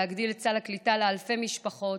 להגדיל את סל הקליטה לאלפי משפחות